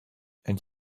and